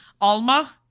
Alma